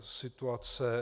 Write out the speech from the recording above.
Situace